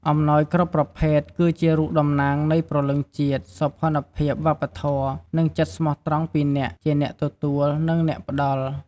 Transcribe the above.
អំណោយគ្រប់ប្រភេទ គឺជារូបតំណាងនៃព្រលឹងជាតិ សោភ័ណភាពវប្បធម៌ និងចិត្តស្មោះត្រង់ពីអ្នកជាអ្នកទទួល និងអ្នកផ្ដល់។